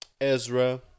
Ezra